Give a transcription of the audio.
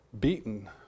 beaten